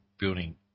building